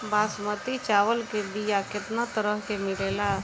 बासमती चावल के बीया केतना तरह के मिलेला?